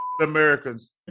Americans